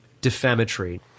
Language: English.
defamatory